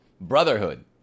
brotherhood